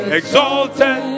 exalted